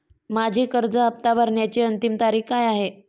माझी कर्ज हफ्ता भरण्याची अंतिम तारीख काय आहे?